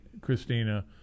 Christina